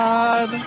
God